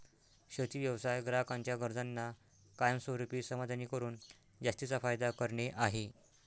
शेती व्यवसाय ग्राहकांच्या गरजांना कायमस्वरूपी समाधानी करून जास्तीचा फायदा करणे आहे